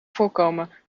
voorkomen